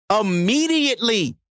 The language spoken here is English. immediately